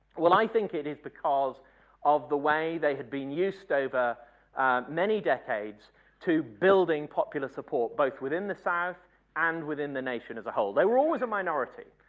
well i think it is because of the way they had been used over many decades to building popular support both within the south and within the nation as a whole. they were always a minority.